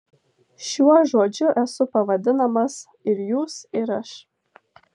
šiuo žodžiu esu pavadinamas ir jūs ir aš